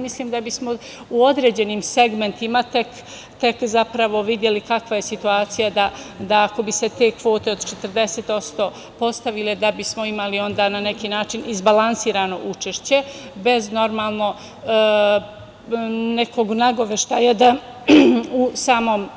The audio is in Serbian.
Mislim da bismo u određenim segmentima tek zapravo videli kakva je situacija, da ako bi se te kvote od 40% postavile da bismo imali onda na neki način izbalansirano učešće, bez nekog nagoveštaja, normalno, da u samom